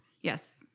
Yes